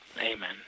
Amen